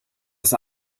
das